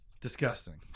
Disgusting